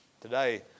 today